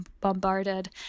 bombarded